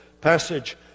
passage